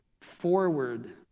forward